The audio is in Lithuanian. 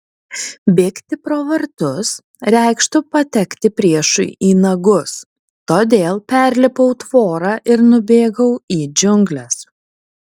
bėgti pro vartus reikštų patekti priešui į nagus todėl perlipau tvorą ir nubėgau į džiungles